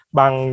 bằng